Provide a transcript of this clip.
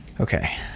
Okay